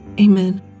Amen